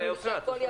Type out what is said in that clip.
רגע, אוסנת.